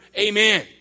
Amen